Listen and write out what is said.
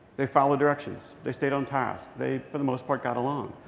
they followed directions. they stayed on task. they, for the most part, got along.